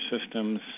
systems